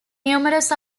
numerous